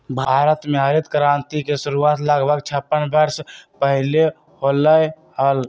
भारत में हरित क्रांति के शुरुआत लगभग छप्पन वर्ष पहीले होलय हल